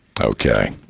Okay